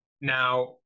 Now